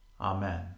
Amen